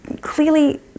Clearly